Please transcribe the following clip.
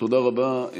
תודה רבה.